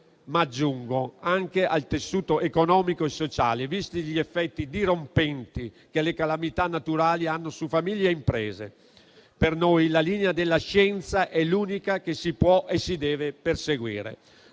ma aggiungo anche per il tessuto economico e sociale, visti gli effetti dirompenti che le calamità naturali hanno su famiglie e imprese. Per noi la linea della scienza è l'unica che si può e si deve perseguire.